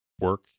work